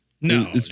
no